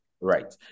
Right